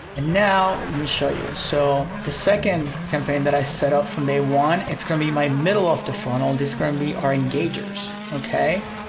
and now, let me show you. so the second campaign that i set up from day one, it's gonna be my middle of the funnel and this gonna and be our engagers, okay?